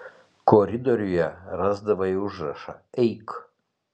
koridoriuje rasdavai užrašą eik